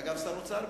הוא היה גם שר האוצר.